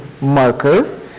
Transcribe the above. marker